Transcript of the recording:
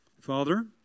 Father